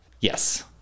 Yes